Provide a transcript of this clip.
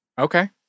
okay